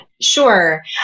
Sure